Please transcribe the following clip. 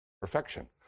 perfection